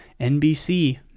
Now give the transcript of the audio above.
NBC